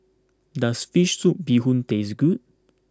does Fish Soup Bee Hoon taste good